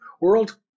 world